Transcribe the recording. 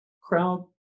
crowd